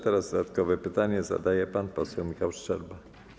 Teraz dodatkowe pytanie zadaje pan poseł Michał Szczerba.